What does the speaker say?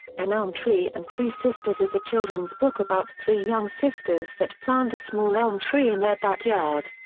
an elm tree and three sisters is a children's book about three young sisters that plant a small elm tree in their backyard.